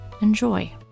Enjoy